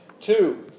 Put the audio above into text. Two